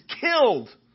killed